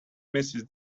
mrs